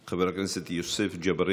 חבר הכנסת יוסף ג'בארין,